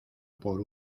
por